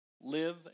live